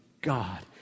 God